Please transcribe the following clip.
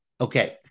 Okay